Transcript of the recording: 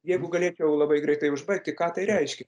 jeigu galėčiau labai greitai užbaigti ką tai reiškia